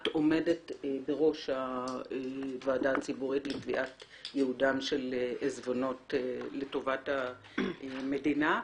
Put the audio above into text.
את עומדת בראש הועדה הציבורית לקביעת ייעודם של עיזבונות לטובת המדינה.